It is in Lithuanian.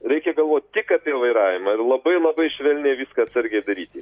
reikia galvot tik apie vairavimą ir labai labai švelniai viską atsargiai daryti